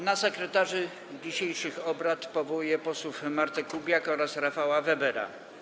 Na sekretarzy dzisiejszych obrad powołuję posłów Martę Kubiak oraz Rafała Webera.